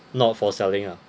not for selling ah